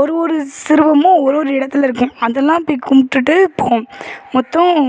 ஒரு ஒரு சிறுவமும் ஒரு ஒரு இடத்தில் இருக்கும் அதெல்லாம் போய் கும்பிடுட்டு போவோம் மொத்தம்